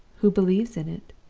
who believes in it?